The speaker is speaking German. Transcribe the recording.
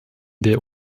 der